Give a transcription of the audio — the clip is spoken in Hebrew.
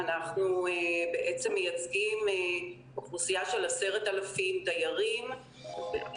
אנחנו מציעים להעביר את הדיירים מארבע הקירות שלהם בצורה בטוחה,